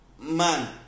Man